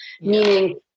meaning